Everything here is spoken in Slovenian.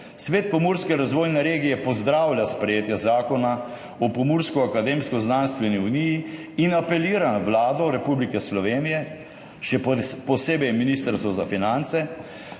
»Svet pomurske razvojne regije pozdravlja sprejetje Zakona o Pomurski akademsko-znanstveni uniji in apelira na Vlado Republike Slovenije, še posebej na Ministrstvo za finance,